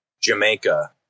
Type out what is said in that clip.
Jamaica